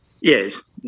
yes